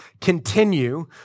continue